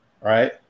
right